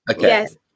yes